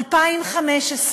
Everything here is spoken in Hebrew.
2015,